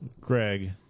Greg